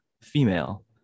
female